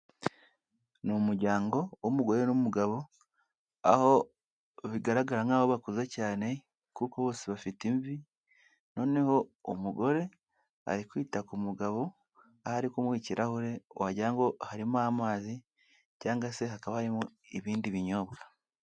Ni umuryango w'umugore n'umugabo, aho bigaragara nkaho bakuze cyane kuko bose bafite imvi, noneho umugore ari kwita ku mugabo, aho ari kumuha ikirahure wagira ngo harimo amazi cyangwa se hakaba harimo ibindi binyobwa.